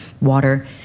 water